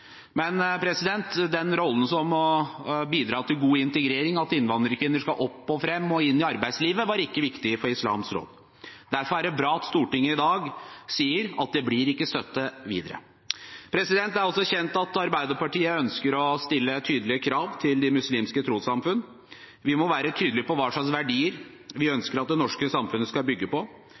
Rollen med å bidra til god integrering, at innvandrerkvinner skal opp og fram og inn i arbeidslivet, var ikke viktig for Islamsk Råd. Derfor er det bra at Stortinget i dag sier at det ikke blir støtte videre. Det er også kjent at Arbeiderpartiet ønsker å stille tydelige krav til de muslimske trossamfunn. Vi må være tydelige på hva slags verdier vi ønsker at det norske samfunnet skal bygge på.